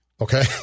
Okay